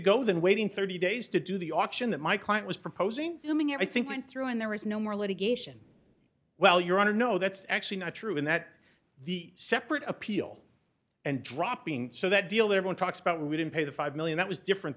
go than waiting thirty days to do the auction that my client was proposing coming out i think went through and there was no more litigation well your honor no that's actually not true and that the separate appeal and dropping so that deal there one talks about we didn't pay the five million that was different